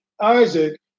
Isaac